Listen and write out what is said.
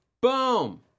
boom